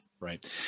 Right